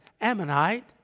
Ammonite